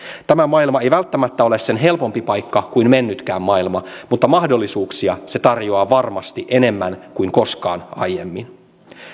tämä maailma ei välttämättä ole sen helpompi paikka kuin mennytkään maailma mutta mahdollisuuksia se tarjoaa varmasti enemmän kuin koskaan aiemmin